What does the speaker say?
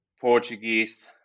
Portuguese